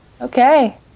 Okay